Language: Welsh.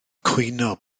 cwyno